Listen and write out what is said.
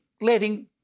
letting